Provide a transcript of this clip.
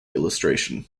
illustration